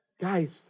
Guys